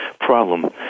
problem